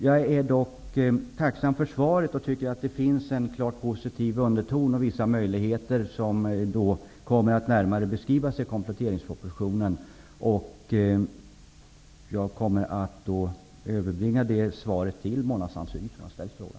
Jag är dock tacksam för svaret och tycker att det har en klart positiv underton om vissa möjligheter som i kompletteringspropositionen kommer att närmare beskrivas. Jag kommer att överbringa svaret till Mona Saint Cyr, som ställt frågan.